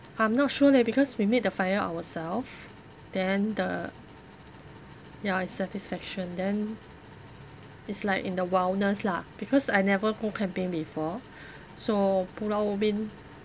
I'm not sure leh because we made the fire ourself then the ya it's satisfaction then it's like in the wildness lah because I never go camping before so pulau ubin